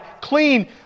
clean